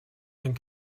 and